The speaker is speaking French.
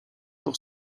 pour